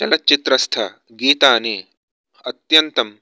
चलच्चित्रस्थ गीतानि अत्यन्तम्